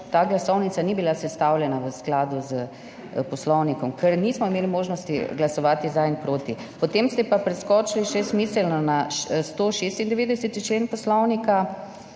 ta glasovnica ni bila sestavljena v skladu s Poslovnikom, ker nismo imeli možnosti glasovati za in proti. Potem ste pa preskočili še smiselno na 196. člen Poslovnika,